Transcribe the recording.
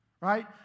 right